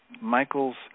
Michael's